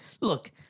look